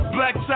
Black